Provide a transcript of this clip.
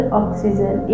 oxygen